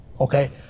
okay